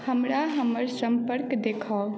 हमरा हमर सम्पर्क देखाउ